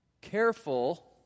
careful